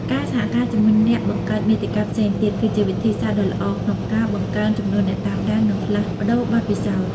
ការសហការជាមួយអ្នកបង្កើតមាតិកាផ្សេងទៀត គឺជាវិធីសាស្ត្រដ៏ល្អក្នុងការបង្កើនចំនួនអ្នកតាមដាន និងផ្លាស់ប្តូរបទពិសោធន៍។